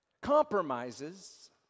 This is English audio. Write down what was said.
compromises